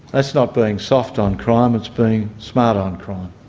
that's not being soft on crime, it's being smart on crime.